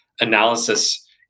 analysis